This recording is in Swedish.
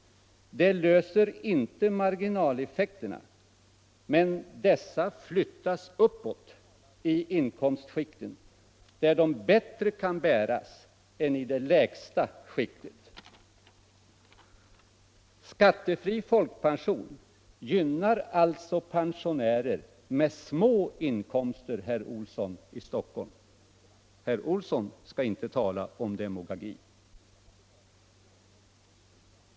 Det klarar inte marginaleffekterna men dessa flyttas uppåt i inkomstskikt där de bättre kan bäras än i det lägsta skiktet. Skattefri folkpension gynnar alltså pensionärer med små inkomster, herr Olsson i Stockholm. Herr Olsson skall inte tala om demagogi.